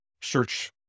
search